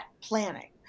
planning